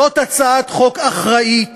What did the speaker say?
זאת הצעת חוק אחראית